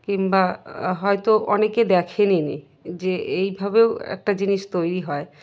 কিংবা হয়তো অনেকে দেখেনই নি যে এইভাবেও একটা জিনিস তৈরি হয়